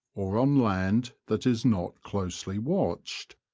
or on land that is not closely watched.